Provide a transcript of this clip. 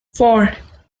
four